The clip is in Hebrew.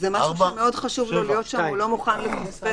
ומאוד חשוב לו להיות שם, הוא לא מוכן לפספס את זה.